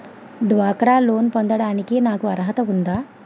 డ్వాక్రా లోన్ పొందటానికి నాకు అర్హత ఉందా?